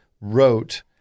wrote